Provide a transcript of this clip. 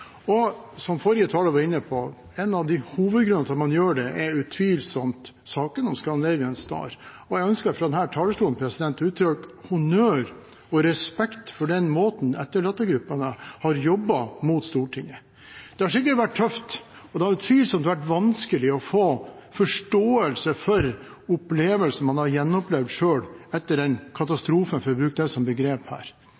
en av hovedgrunnene til at man gjør dette, utvilsomt «Scandinavian Star»-saken. Jeg ønsker fra denne talerstolen å uttrykke honnør og respekt for den måten etterlattegruppen har jobbet på mot Stortinget. Det har sikkert vært tøft, og det har utvilsomt vært vanskelig å få forståelse for det man har gjennomlevd etter en katastrofe. I dag vil jeg si at den innsatsen de har gjort, ender opp med en lovendring som